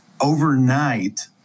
Overnight